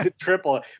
triple